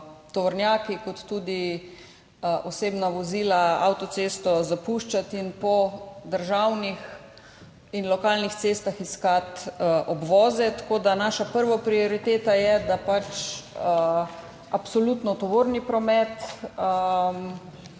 tovornjaki kot tudi osebna vozila avtocesto zapuščati in po državnih in lokalnih cestah iskati obvoze. Naša prva prioriteta je, da absolutno tovorni promet in